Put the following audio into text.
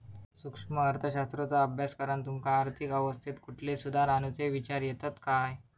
सूक्ष्म अर्थशास्त्राचो अभ्यास करान तुमका आर्थिक अवस्थेत कुठले सुधार आणुचे विचार येतत काय?